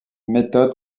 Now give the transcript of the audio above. méthode